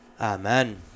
Amen